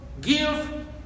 give